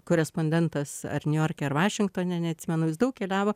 korespondentas ar niujorke ar vašingtone neatsimenu jis daug keliavo